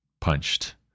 Punched